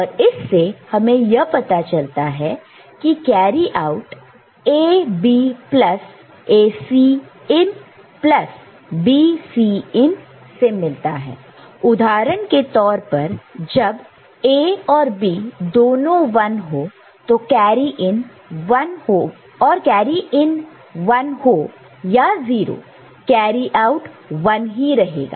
और इससे हमें यह पता चलता है कि carry out AB plus ACin plus BCin से मिलता है उदाहरण के तौर पर जब A और B दोनों 1 हो तो कैरी इन 1 हो या 0 कैरी आउट 1 ही रहेगा